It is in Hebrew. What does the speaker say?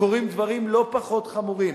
קורים דברים לא פחות חמורים.